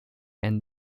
and